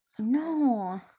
no